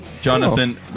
Jonathan